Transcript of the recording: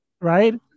right